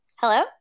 Hello